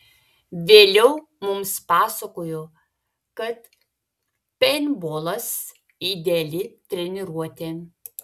vėliau mums pasakojo kad peintbolas ideali treniruotė